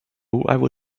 will